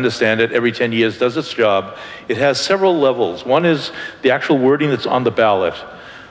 understand it every ten years does its job it has several levels one is the actual wording that's on the ballot